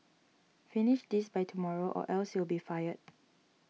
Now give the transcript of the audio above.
finish this by tomorrow or else you'll be fired